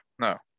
no